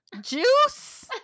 Juice